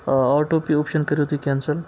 آ auto pay option کٔرِو تُہۍ کٮ۪نسل